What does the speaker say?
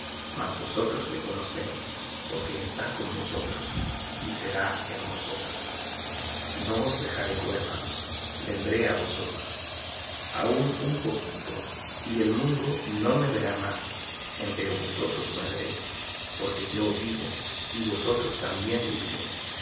mas vosotros le conocéis porque está con vosotros y será en vosotros no os dejaré huérfanos vendré á vosotros aun un poquito y el mundo no me verá más empero vosotros me veréis porque yo vivo y vosotros también viviréis